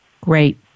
Great